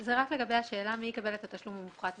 זה רק לגבי השאלה מי יקבל את התשלום המופחת.